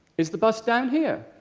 is the bus down here?